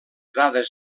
dades